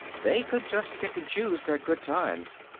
they could just pick and choose their good times.